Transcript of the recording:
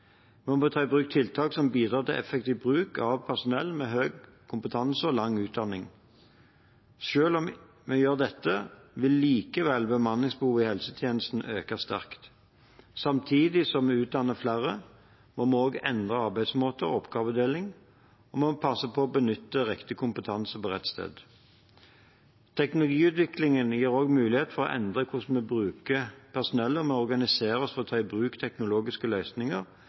må ta i bruk tiltak som bidrar til effektiv bruk av personell med høy kompetanse og lang utdanning. Selv om vi gjør dette, vil likevel bemanningsbehovet i helsetjenesten øke sterkt. Samtidig som vi utdanner flere, må vi også endre arbeidsmåter og oppgavedeling, og vi må passe på å benytte rett kompetanse på rett sted. Teknologiutviklingen gir muligheter for å endre hvordan vi bruker personellet, og vi må organisere oss for å ta i bruk teknologiske løsninger